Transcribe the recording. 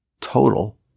Total